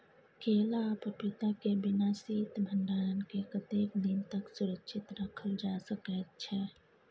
केला आ पपीता के बिना शीत भंडारण के कतेक दिन तक सुरक्षित रखल जा सकै छै?